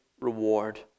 reward